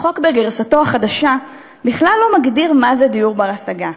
החוק בגרסתו החדשה בכלל לא מגדיר מה זה "דיור בר-השגה".